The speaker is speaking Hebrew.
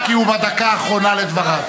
איפה מופז היה?